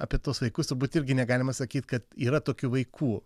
apie tuos vaikus turbūt irgi negalima sakyt kad yra tokių vaikų